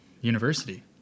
university